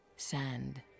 Sand